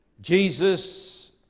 Jesus